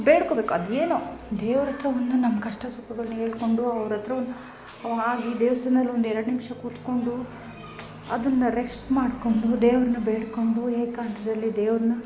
ಬೇಡಿಕೋಬೇಕು ಅದು ಏನೋ ದೇವ್ರಹತ್ರ ಒಂದು ನಮ್ಮ ಕಷ್ಟ ಸುಖಗಳ್ನ ಹೇಳ್ಕೊಂಡು ಅವ್ರಹತ್ರ ಒಂದು ಹಾಗೆ ದೇವಸ್ಥಾನ್ದಲ್ ಒಂದು ಎರಡು ನಿಮಿಷ ಕೂತ್ಕೊಂಡು ಅದನ್ನು ರೆಸ್ಟ್ ಮಾಡ್ಕೊಂಡು ದೇವ್ರನ್ನ ಬೇಡ್ಕೊಂಡು ಏಕಾಂತದಲ್ಲಿ ದೇವ್ರನ್ನ